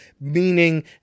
meaning